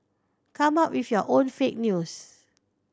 come up with your own fake news